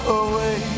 away